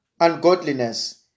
ungodliness